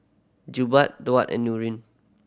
Jebat Daud and Nurin